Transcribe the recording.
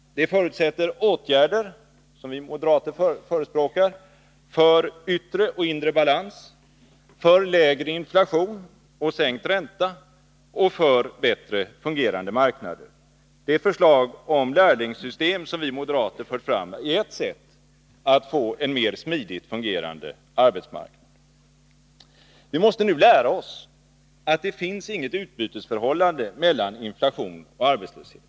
Detta förutsätter åtgärder, som vi moderater förespråkar, för yttre och inre balans, för lägre inflation och sänkt ränta och för bättre fungerande marknader. Det förslag om lärlingssystem som vi moderater fört fram är ett sätt att få en mer smidigt fungerande arbetsmarknad. Vi måste nu lära oss att det inte finns något utbytesförhållande mellan inflation och arbetslöshet.